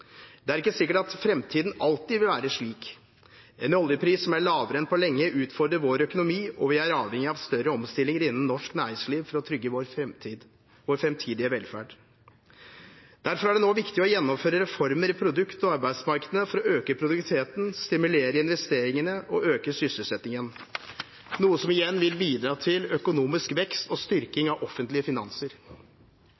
Det er ikke sikkert at framtiden alltid vil være slik. En oljepris som er lavere enn på lenge, utfordrer vår økonomi, og vi er avhengig av større omstillinger innen norsk næringsliv for å trygge vår framtidige velferd. Derfor er det nå viktig å gjennomføre reformer i produkt- og arbeidsmarkedene for å øke produktiviteten, stimulere investeringene og øke sysselsettingen, noe som igjen vil bidra til økonomisk vekst og styrking av offentlige finanser.